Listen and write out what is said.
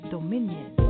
Dominion